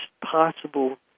possible